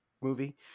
movie